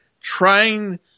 trying